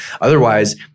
otherwise